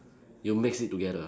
you mix it together